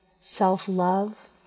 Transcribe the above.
self-love